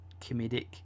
comedic